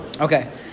Okay